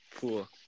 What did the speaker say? cool